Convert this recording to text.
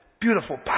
Beautiful